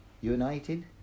united